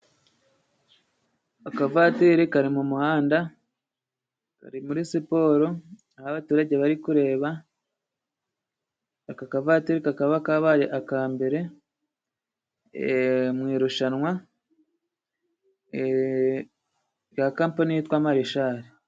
Akavatiri kari mu muhanda, kari muri siporo aho abaturage bari kureba, aka kavateri kakaba kabaye aka mbere mu irushanwa rya kampani yitwa Marishari.